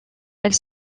elle